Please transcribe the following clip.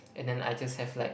and then I just have like